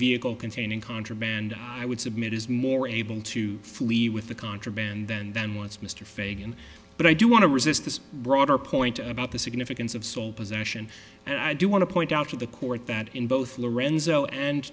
vehicle containing contraband i would submit is more able to flee with the contraband than them once mr fagan but i do want to resist this broader point about the significance of sole possession and i do want to point out to the court that in both lorenzo and